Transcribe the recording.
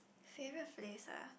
favourite place ah